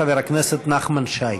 חבר הכנסת נחמן שי.